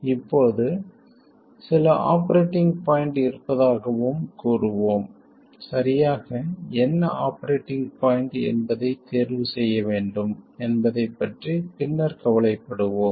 இப்போது சில operating point இருப்பதாகவும் கூறுவோம் சரியாக என்ன ஆப்பரேட்டிங் பாயிண்ட் என்பதை தேர்வு செய்ய வேண்டும் என்பதை பற்றி பின்னர் கவலைப்படுவோம்